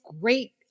great